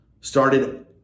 started